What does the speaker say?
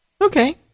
okay